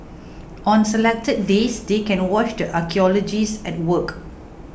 on selected days they can watch the archaeologists at work